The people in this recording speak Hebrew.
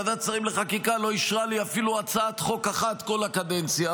ועדת השרים לחקיקה לא אישרה לי אפילו הצעת חוק אחת בכל הקדנציה,